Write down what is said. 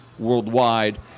worldwide